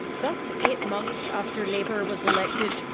that's eight months after labor was elected,